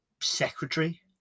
secretary